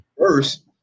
First